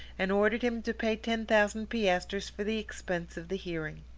and ordered him to pay ten thousand piastres for the expense of the hearing.